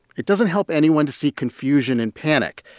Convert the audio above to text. it doesn't help anyone to see confusion and panic.